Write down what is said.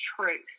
truth